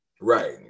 Right